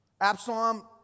Absalom